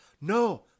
No